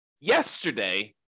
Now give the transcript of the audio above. yesterday